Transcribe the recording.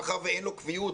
מאחר שאין לו קביעות